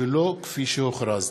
ולא כפי שהוכרז.